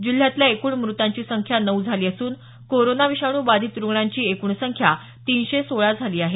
जिल्ह्यातल्या एकूण मृतांची संख्या नऊ झाली असून कोरोना विषाणू बाधित रुग्णांची एकूण संख्या तीनशे सोळा झाली आहे